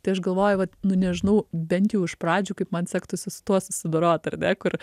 tai aš galvoju vat nu nežinau bent jau iš pradžių kaip man sektųsi su tuo susidorot ar ne kur